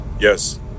Yes